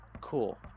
Cool